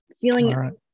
feeling